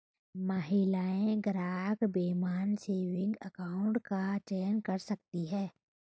महिला ग्राहक woman saving account का चयन कर सकती है